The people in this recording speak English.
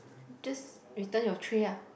just return your tray ah